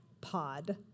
pod